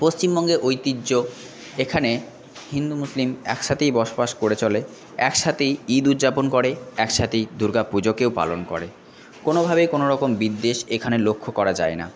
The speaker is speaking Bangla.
পশ্চিমবঙ্গে ঐতিহ্য এখানে হিন্দু মুসলিম একসথেই বসবাস করে চলে একসাথেই ঈদ উদযাপন করে একসাথেই দুর্গা পুজোকেও পালন করে কোনোভাবেই কোনো রকম বিদ্বেষ এখানে লক্ষ্য করা যায় না